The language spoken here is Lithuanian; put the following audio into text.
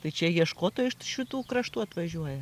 tai čia ieškotojai iš šitų kraštų atvažiuoja